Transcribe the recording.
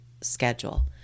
schedule